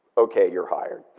okay, you're hired.